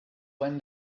when